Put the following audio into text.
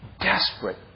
Desperate